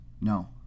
No